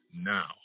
now